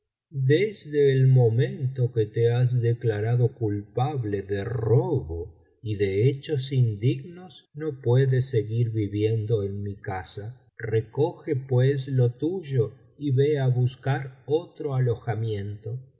desde el momento que te has declarado culpable de robo y de hechos indignos no puedes seguir viviendo en mi casa recoge pues lo tuyo y ve á buscar otro alojamiento